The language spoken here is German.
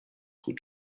gut